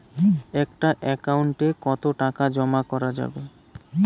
একটা একাউন্ট এ কতো টাকা জমা করা যাবে?